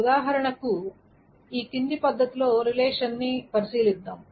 ఉదాహరణకు ఈ క్రింది పద్ధతిలో రిలేషన్ని పరిశీలిద్దాం